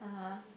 (uh huh)